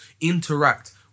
interact